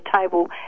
table